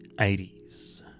80s